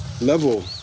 level